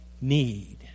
need